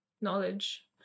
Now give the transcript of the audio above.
knowledge